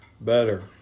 better